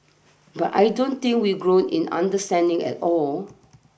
but I don't think we've grown in understanding at all